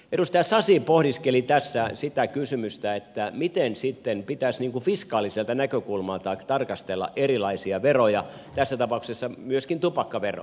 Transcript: edustaja sasi pohdiskeli tässä sitä kysymystä miten sitten pitäisi fiskaalisesta näkökulmasta tarkastella erilaisia veroja tässä tapauksessa myöskin tupakkaveroa